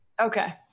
Okay